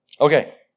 Okay